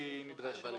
נדרשת פה.